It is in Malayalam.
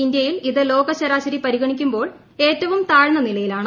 ഇന്ത്യയിൽ ഇത് ലോക ശരാശരി പരിഗണിക്കുമ്പോൾ ഏറ്റവും താഴ്ന്ന നിലയിലാണ്